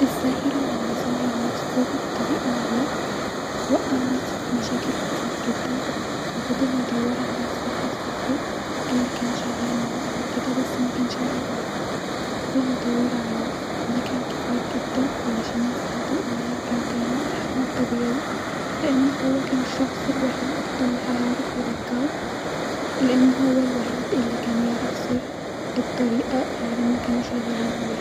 الساحر لما صغر نفسو بالطريقه الغلط وقعو نفسو في مشاكل كتير جدا-وفضل يدور علي الساحرر صحبو-الي كان شغال معاه قبل كده-بس مكنش لاقيه فضل يدور عليه في اماكن كتير جدا عشان يساعدو انو يرجع تاني لحجمو الطبيعي لان هو الشخص الوحيد الي هيعرف يرجعو -لان هو الوحيد الي كان يعرف سر الطريقه الي كانو-هما شغالين عليها